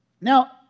Now